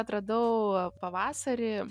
atradau pavasarį